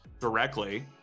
directly